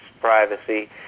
privacy